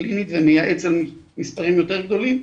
קלינית -- -מספרים יותר גדולים,